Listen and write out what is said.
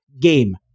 game